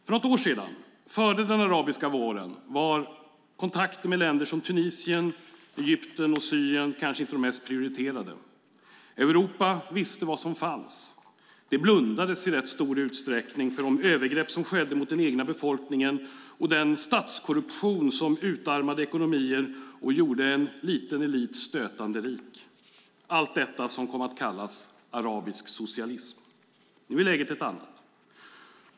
För något år sedan, före den arabiska våren, var kontakter med länder som Tunisien, Egypten och Syrien kanske inte de mest prioriterade. Europa visste vad som fanns. Det blundades i rätt stor utsträckning för de övergrepp som skedde mot den egna befolkningen och den statskorruption som utarmade ekonomier och gjorde en liten elit stötande rik - allt detta som kom att kallas arabisk socialism. Nu är läget ett annat.